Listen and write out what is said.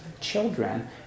children